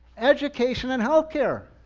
education and health care,